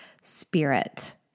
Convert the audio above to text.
spirit